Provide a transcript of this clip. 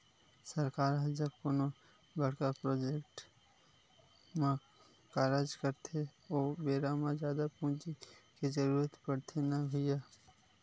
सरकार ह जब कोनो बड़का प्रोजेक्ट म कारज करथे ओ बेरा म जादा पूंजी के जरुरत पड़थे न भैइया